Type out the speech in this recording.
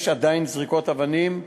יש עדיין זריקות אבנים,